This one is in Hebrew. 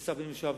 כשר הפנים לשעבר,